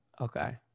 Okay